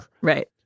Right